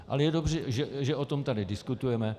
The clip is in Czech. Ale je dobře, že o tom tady diskutujeme.